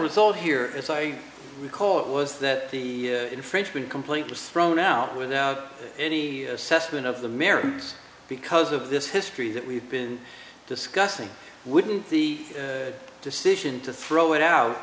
result here as i recall it was that the infringement complaint was thrown out without any assessment of the merits because of this history that we've been discussing wouldn't the decision to throw it out